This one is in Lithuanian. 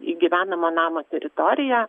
į gyvenamo namo teritoriją